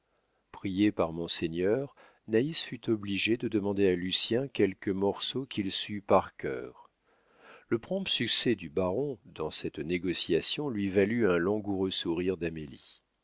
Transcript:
priée par monseigneur naïs fut obligée de demander à lucien quelque morceau qu'il sût par cœur le prompt succès du baron dans cette négociation lui valut un langoureux sourire d'amélie